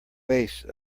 base